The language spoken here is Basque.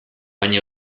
baina